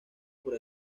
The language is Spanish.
por